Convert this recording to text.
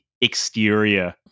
exterior